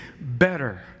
better